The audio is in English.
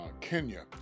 Kenya